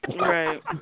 Right